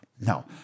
No